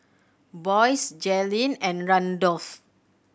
Boyce Jalyn and Randolf